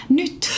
nyt